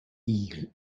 eel